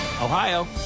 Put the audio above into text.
Ohio